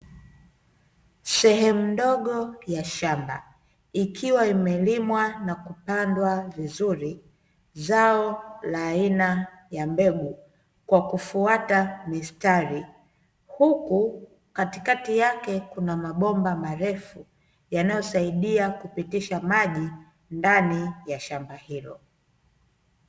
Sehemu ndogo ya shamba, ikiwa imelimwa na kupandwa vizuri zao la aina ya mbegu kwa kufuata mistari huku katikati yake kuna mabomba marefu yanayosaidia kupitisha maji ndani ya shamba hilo.